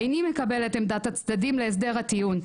איני מקבל את עמדת הצדדים להסדר הטיעון.